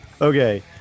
Okay